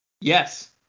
Yes